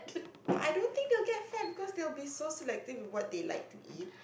but I don't think they will get fat because they will be so selective of what they like to eat